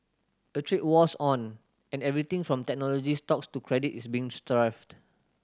a trade war's on and everything from technology stocks to credit is being strafed